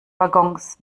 waggons